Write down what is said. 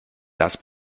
das